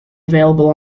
available